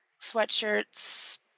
sweatshirts